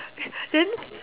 then